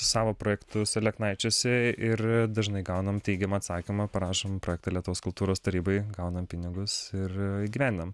savo projektus aleknaičiuose ir dažnai gaunam teigiamą atsakymą parašom projektą lietuvos kultūros tarybai gaunam pinigus ir įgyvendinam